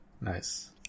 Nice